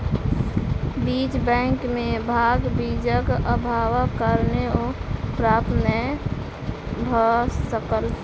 बीज बैंक में भांग बीजक अभावक कारणेँ ओ प्राप्त नै भअ सकल